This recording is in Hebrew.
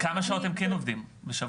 כמה שעות הם כן עובדים בשבוע,